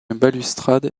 balustrade